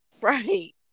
Right